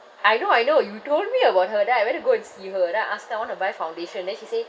I know I know you told me about her then I went to go and see her then I asked her I want to buy foundation then she say